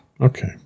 Okay